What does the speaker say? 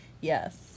Yes